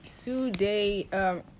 today